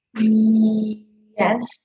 Yes